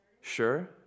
Sure